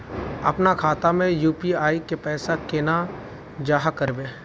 अपना खाता में यू.पी.आई के पैसा केना जाहा करबे?